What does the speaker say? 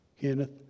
Kenneth